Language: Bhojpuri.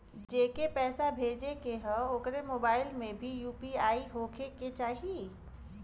जेके पैसा भेजे के ह ओकरे मोबाइल मे भी यू.पी.आई होखे के चाही?